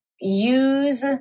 use